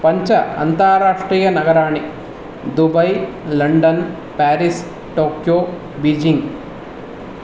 पञ्च अन्तराष्ट्रीयनगराणि Dubai London Paris Tokyo Beijing